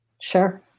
Sure